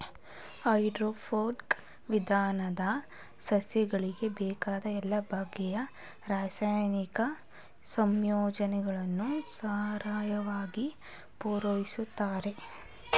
hydroponic ವಿಧಾನದಲ್ಲಿ ಸಸ್ಯಗಳಿಗೆ ಬೇಕಾದ ಎಲ್ಲ ಬಗೆಯ ರಾಸಾಯನಿಕ ಸಂಯೋಜನೆಗಳನ್ನು ಸರಾಗವಾಗಿ ಪೂರೈಸುತ್ತಾರೆ